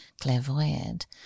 clairvoyant